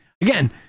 again